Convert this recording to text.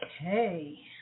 Okay